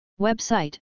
Website